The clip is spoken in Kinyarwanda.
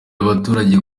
abaturage